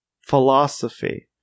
philosophy